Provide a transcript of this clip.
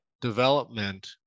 development